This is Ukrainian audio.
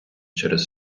через